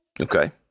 Okay